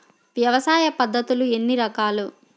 వ్యవసాయ పద్ధతులు ఎన్ని రకాలు?